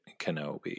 Kenobi